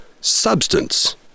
Substance